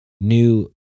new